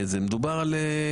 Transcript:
זה ברור.